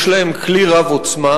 יש להם כלי רב-עוצמה,